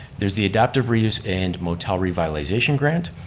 there's the adaptive reuse and motel revitalization grant.